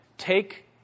Take